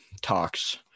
talks